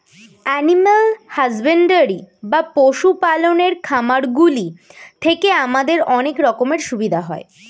animal husbandry বা পশু পালনের খামারগুলি থেকে আমাদের অনেক রকমের সুবিধা হয়